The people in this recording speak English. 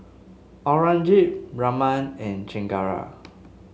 Aurangzeb Raman and Chengara